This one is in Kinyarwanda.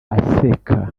aseka